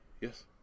Yes